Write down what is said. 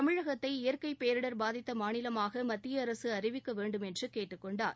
தமிழகத்தை இயற்கை பேரிடர் பாதித்த மாநிலமாக மத்திய அரசு அறிவிக்க வேண்டும் என்று கேட்டுக் கொண்டார்